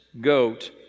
goat